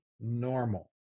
normal